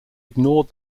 ignored